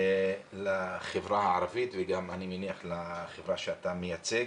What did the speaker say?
לחברה הערבית וגם לחברה שאתה מייצג